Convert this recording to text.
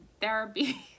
therapy